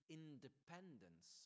independence